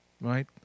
right